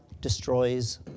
destroys